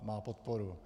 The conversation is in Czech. Má podporu.